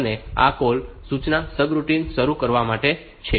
અને આ કોલ સૂચના સબરૂટિન શરૂ કરવા માટે છે